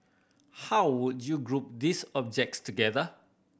how would you group these objects together